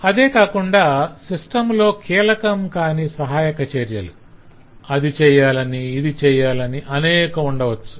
అదేకాకుండా system లో కీలకం కాని సహాయక చర్యలు - అది చేయాలని ఇది చెయ్యాలని అనేకం ఉండవచ్చు